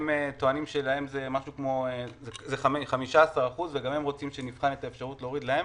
הם טוענים שזה משהו כמו 15% וגם הם רוצים שנבחן את האפשרות להוריד להם.